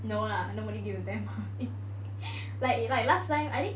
no lah nobody gives a damn about me like like last time I think